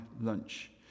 lunch